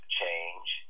change